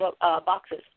boxes